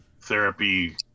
therapy